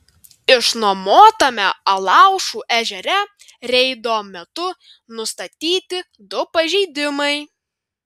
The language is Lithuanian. išnuomotame alaušų ežere reido metu nustatyti du pažeidimai